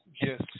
Yes